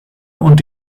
und